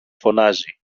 φωνάζει